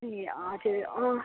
ए हजुर अँ